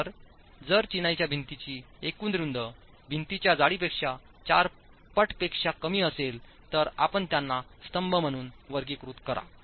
तर जर चिनाईच्या भिंतीची एकूण रुंदी भिंतीच्या जाडीपेक्षा 4 पट पेक्षा कमी असेल तर आपण त्यांना स्तंभ म्हणून वर्गीकृत करा